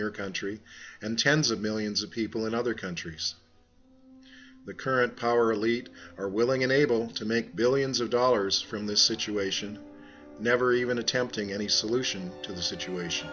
your country and tens of millions of people in other countries the current power elite are willing and able to make billions of dollars from this situation never even attempting any solution to the situation